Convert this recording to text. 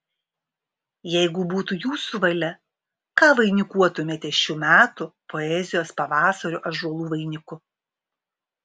jeigu būtų jūsų valia ką vainikuotumėte šių metų poezijos pavasario ąžuolų vainiku